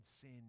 sin